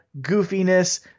goofiness